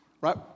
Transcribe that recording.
Right